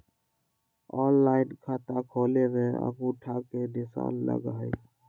Online खाता खोले में अंगूठा के निशान लगहई?